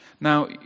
Now